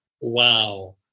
wow